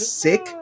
sick